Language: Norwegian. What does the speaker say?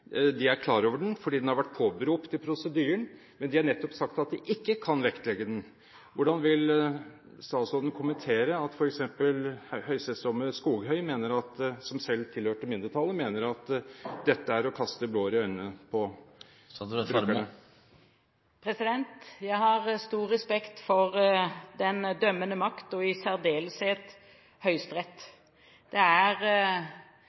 vært påberopt i prosedyren, men de har nettopp sagt at de ikke kan vektlegge den. Hvordan vil statsråden kommentere at f.eks. høyesterettsdommer Skoghøy, som selv tilhørte mindretallet, mener at dette er å kaste blår i øynene på brukerne? Jeg har stor respekt for den dømmende makt og i særdeleshet Høyesterett. Det er